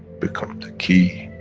become the key,